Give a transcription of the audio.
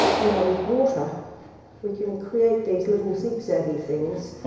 now with water we can create these little zig zaggy things,